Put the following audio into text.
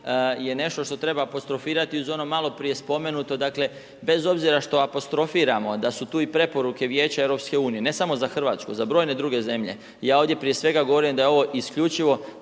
je nešto što treba apostrofirati, uz ono maloprije spomenuto, dakle, bez obzira što apostrofiramo, da su tu i preporuka Vijeća EU, ne samo za Hrvatsku, za brojne druge zemlje. Ja ovdje prije svega govorim da je ovo isključivo